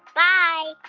bye